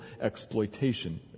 exploitation